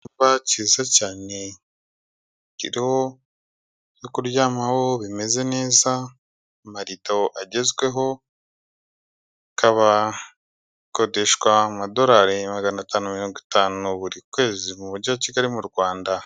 Icyapa cyiza cyane kiriho ibyo kuryamaho bimeze neza, amarido agezweho, ikaba ikodeshwa amadolari magana atanu mirongo itanu buri kwezi, mu mujyi wa Kigali mu Rwanda.